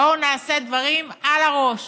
בואו נעשה דברים על הראש.